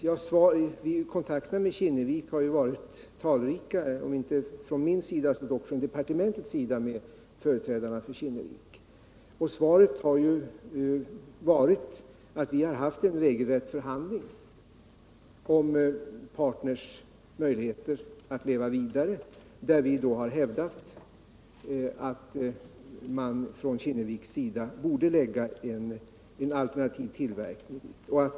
Kontakterna med företrädare för Kinnevik har varit talrika, om inte från min sida så dock från departementets sida. Det besked jag kan ge är att vi har haft en regelrätt förhandling om Partners möjligheter att leva vidare, där vi har hävdat att man från Kinneviks sida borde förlägga en alternativ tillverkning till Östersund.